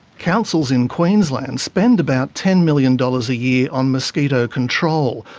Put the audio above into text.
councils in queensland spend about ten million dollars a year on mosquito control,